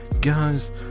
Guys